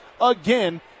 again